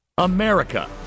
America